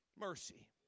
mercy